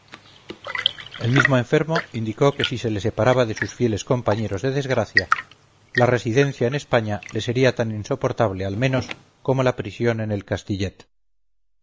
el mismo enfermo indicó que si se le separaba de sus fieles compañeros de desgracia la residencia en españa le sería tan insoportable al menos como la prisión en el castillet